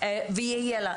ויהיה לה.